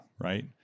right